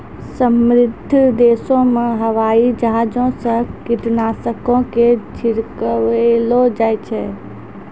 समृद्ध देशो मे हवाई जहाजो से कीटनाशको के छिड़कबैलो जाय छै